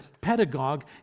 pedagogue